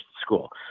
school